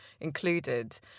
included